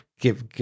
give